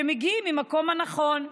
שמגיעים מהמקום הנכון.